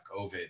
covid